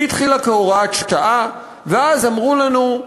היא התחילה כהוראת שעה, ואז אמרו לנו: